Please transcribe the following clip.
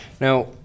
Now